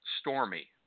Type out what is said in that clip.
stormy